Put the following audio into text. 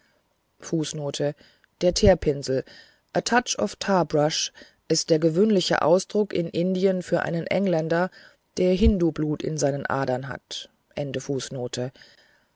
teerpinsel a touch of tarbrush ist der gewöhnliche ausdruck in indien für einen engländer der hindublut in seinen adern hat